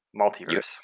Multiverse